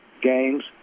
games